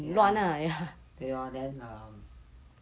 ya 对 lor then err